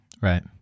Right